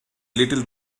little